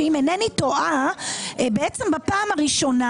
שאם אינני טועה בעצם בפעם הראשונה,